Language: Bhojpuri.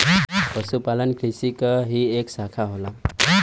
पशुपालन कृषि क ही एक साखा होला